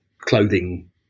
clothing